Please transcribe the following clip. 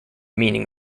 meaning